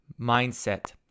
mindset